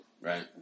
right